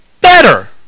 better